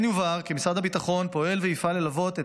כן יובהר כי משרד הביטחון פועל ויפעל ללוות את